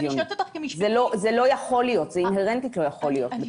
זה לא יכול להיות, זה אינהרנטית לא יכול להיות.